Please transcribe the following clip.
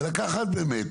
זה לקחת באמת,